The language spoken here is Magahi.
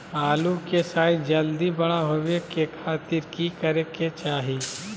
आलू के साइज जल्दी बड़ा होबे के खातिर की करे के चाही?